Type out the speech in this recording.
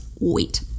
wait